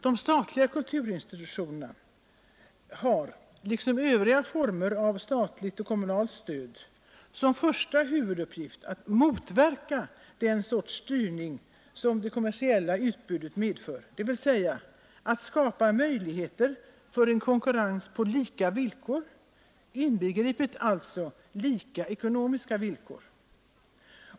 De statliga kulturinstitutionerna har liksom övriga former av statligt och kommunalt stöd som första uppgift att motverka den sorts styrning som det kommersiella urvalet medför — dvs. att skapa möjligheter för en konkurrens på lika villkor, inbegripet alltså lika ekonomiska villkor.